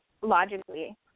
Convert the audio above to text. logically